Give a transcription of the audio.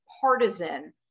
partisan